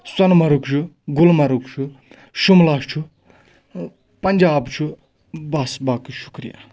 سۄنٕمَرٕگ چھُ گُلمَرٕگ چھُ شُملا چھُ پنٛجاب چھُ بَس باقٕے شُکریہ